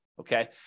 Okay